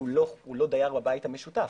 הוא לא דייר בבית המשותף.